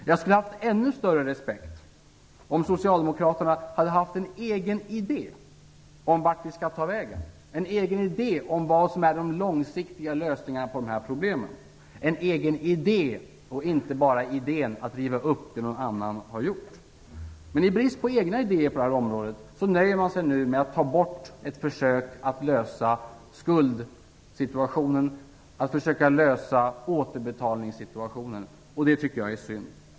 Jag skulle ha haft ännu större respekt för socialdemokraterna om de hade haft en egen idé om i vilken riktning vi skall gå, en egen idé om vad som är de lösningarna på dessa problem - inte bara idén att riva upp det som någon annan har gjort. Men i brist på egna idéer på det här området nöjer man sig nu med att upphäva ett försök att komma till rätta med återbetalningssituationen, och det tycker jag är synd.